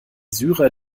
syrer